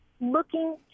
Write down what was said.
looking